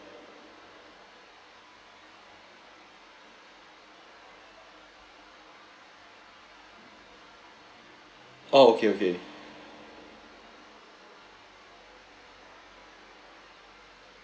oh okay okay